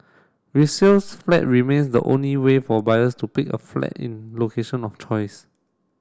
resales flat remains the only way for buyers to pick a flat in location of choice